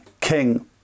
king